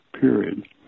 period